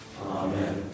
Amen